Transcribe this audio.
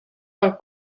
del